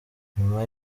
nyuma